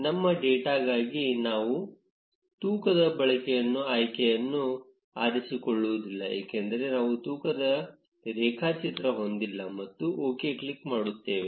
ನಮ್ಮ ಡೇಟಾಗಾಗಿ ನಾವು ತೂಕದ ಬಳಕೆಯ ಆಯ್ಕೆಯನ್ನು ಆರಿಸಿಕೊಳ್ಳುವುದಿಲ್ಲ ಏಕೆಂದರೆ ನಾವು ತೂಕದ ರೇಖಾಚಿತ್ರ ಹೊಂದಿಲ್ಲ ಮತ್ತು OK ಕ್ಲಿಕ್ ಮಾಡುತ್ತೇವೆ